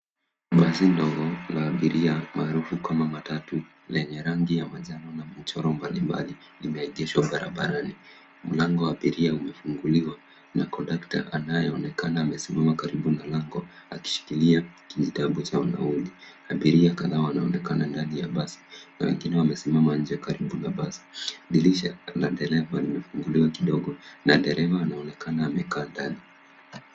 Basi ndogo la abiria maarufu kama matatu lenye rangi ya manjano na michoro mbalimbali imeegeshwa barabarani. Mlango wa abiria umefunguliwa na kondakta anayeonekana amesimama karibu na lango akishikilia kijitabu cha nauli. Abiria kadhaa wanaonekana ndani ya basi na wengine wamesimama nje karibu na basi. Dirisha la dereva limefunguliwa kidogo na dereva anaonekana amekaa ndani.